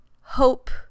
hope